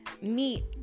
meet